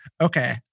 okay